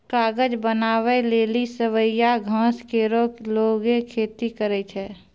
कागज बनावै लेलि सवैया घास केरो लोगें खेती करै छै